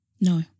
No